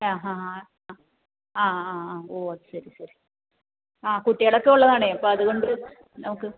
ആ ഹാ ഹാ ആ ആ ആ ഓ അതുശരി ശരി ആ കുട്ടികളൊക്കെ ഉള്ളതാണേ അപ്പം അതുകൊണ്ട് നമുക്ക്